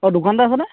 অ দোকানতে আছেনে